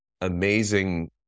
amazing